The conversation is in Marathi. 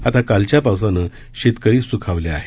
आता कालच्या पावसानं शेतकरी सुखावले आहेत